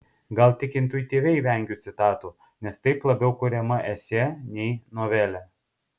gal tik intuityviai vengiu citatų nes taip labiau kuriama esė nei novelė